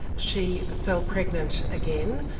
she fell pregnant again,